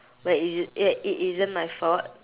where is ya it isn't my fault